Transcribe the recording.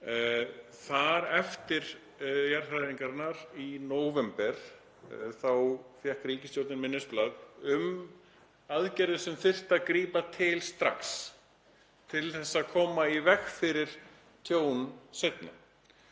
svo. Eftir jarðhræringarnar í nóvember fékk ríkisstjórnin minnisblað um aðgerðir sem þyrfti að grípa til strax til þess að koma í veg fyrir tjón